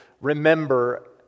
remember